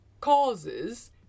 causes